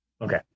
Okay